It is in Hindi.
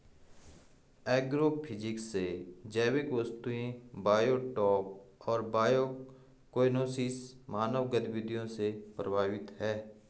एग्रोफिजिक्स से जैविक वस्तुएं बायोटॉप और बायोकोएनोसिस मानव गतिविधि से प्रभावित हैं